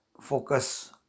focus